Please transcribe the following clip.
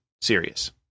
serious